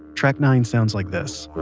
track nine sounds like this